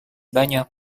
banyak